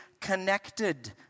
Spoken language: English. connected